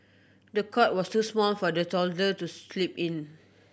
the cot was too small for the toddler to sleep in